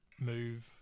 move